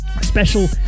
special